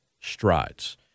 strides